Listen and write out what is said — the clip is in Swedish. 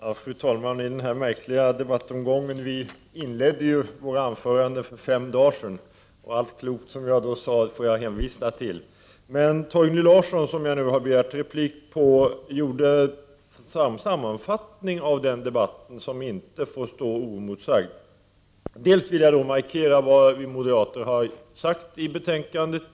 Fru talman! Vi inledde ju våra anföranden för fem dagar sedan. I denna märkliga debattomgång får jag hänvisa till allt klokt som jag sade då. Torgny Larsson, som jag nu har begärt replik på, gjorde en sammanfattning av den debatten som inte får stå oemotsagd. Jag vill markera vad vi moderater har sagt i betänkandet.